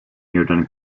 newtown